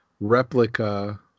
replica